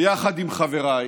ויחד עם חבריי,